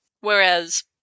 Whereas